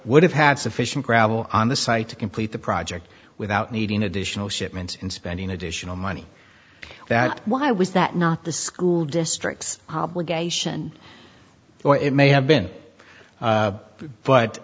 would have had sufficient gravel on the site to complete the project without needing additional shipments in spending additional money that why was that not the school district's obligation or it may have been